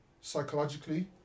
Psychologically